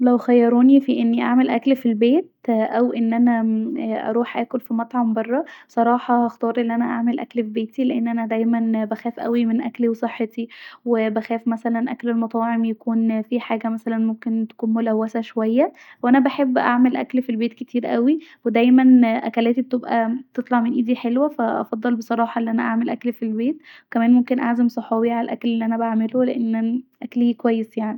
لو خيروني أن انا اعمل اكل في البيت وان انا اروح مطعم برا صراحه هختار أن انا اعمل اكل في بيتي لأن انا دايما بخاف اوي من اكلي وصحتي وبخاف مثلا اكل المطاعم تكون فيه حاجه مثلا ملوثه شويه وانا بحب اعمل اكل في البيت كتير اوي ودايما الكاتب لازم تطلع من ايدي حلوه ف انا اتمني ان اعمل اكل في البيت وكمان ممكن أعزم صحابي علي الاكل الي أنا بعمله لأن ااا انا اكلي كويس يعني